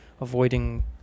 avoiding